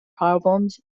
problems